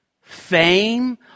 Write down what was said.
fame